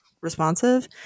responsive